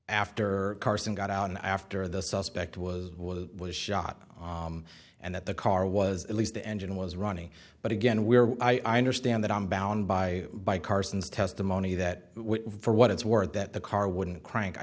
after carson got out and after the suspect was shot and that the car was at least the engine was running but again we're i understand that i'm bound by by carson's testimony that for what it's worth that the car wouldn't crank i